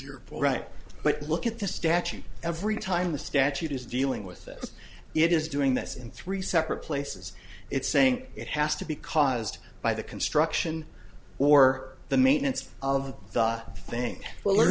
your right but look at this statue every time the statute is dealing with this it is doing this in three separate places it's saying it has to be caused by the construction or the maintenance of the thing well